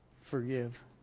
forgive